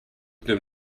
them